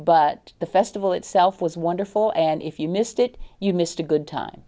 but the festival itself was wonderful and if you missed it you missed a good time